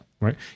right